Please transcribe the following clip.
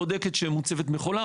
בודקת שמוצבת מכולה,